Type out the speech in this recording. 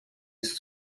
ist